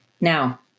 Now